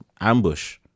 Ambush